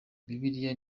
bibiliya